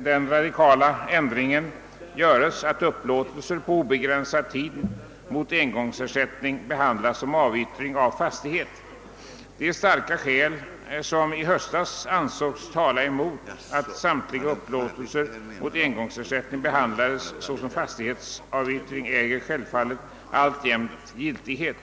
den radikala ändringen att upplåtelser på obegränsad tid mot engångsersättning behandlas som avyttring av fastighet. De starka skäl som i höstas ansågs tala emot att samtliga upplåtelser mot engångsersättning behandlades såsom fastighetsavyttring äger självfallet alltjämt giltighet.